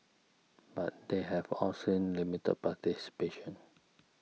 but they have all seen limited participation